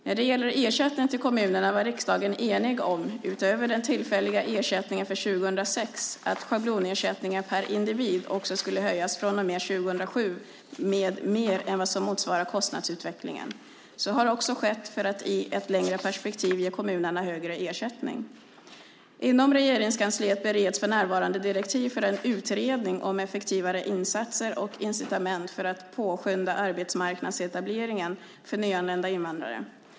När det gäller ersättningen till kommunerna var riksdagen enig om, utöver den tillfälliga ersättningen för 2006, att schablonersättningen per individ också skulle höjas från och med 2007 med mer än vad som motsvarade kostnadsutvecklingen. Så har också skett för att i ett längre perspektiv ge kommunerna högre ersättning. Inom Regeringskansliet bereds för närvarande direktiv för en utredning om effektivare insatser och incitament för att påskynda arbetsmarknadsetableringen för nyanlända invandrare.